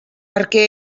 perquè